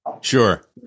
Sure